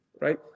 right